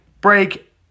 break